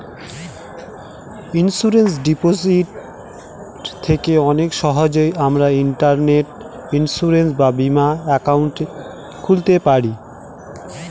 insurance repository থেকে অনেক সহজেই আমরা ইন্টারনেটে ইন্সুরেন্স বা বীমা একাউন্ট খুলতে পারি